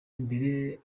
imbere